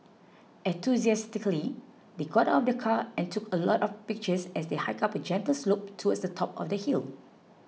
enthusiastically they got out of the car and took a lot of pictures as they hiked up a gentle slope towards the top of the hill